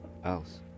else